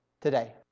today